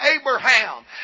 Abraham